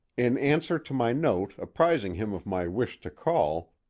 in answer to my note apprising him of my wish to call,